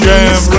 Jam